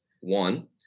one